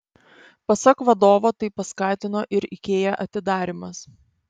pasak vadovo tai paskatino ir ikea atidarymas